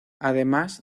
además